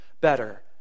better